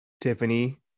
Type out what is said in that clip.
Tiffany